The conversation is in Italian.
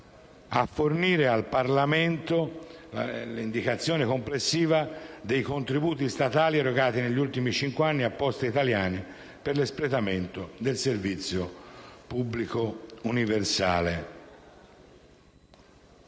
«a fornire al Parlamento l'indicazione complessiva dei contributi statali erogati negli ultimi cinque anni a Poste italiane SpA per l'espletamento del servizio pubblico universale».